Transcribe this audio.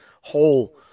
whole